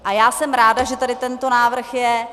A já jsem ráda, že tady tento návrh je.